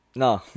no